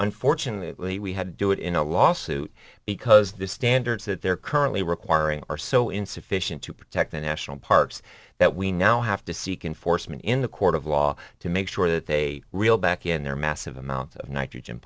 unfortunately we had to do it in a lawsuit because the standards that they're currently requiring are so insufficient to protect the national parks that we now have to seek enforcement in the court of law to make sure that they reeled back in their massive amount of nitrogen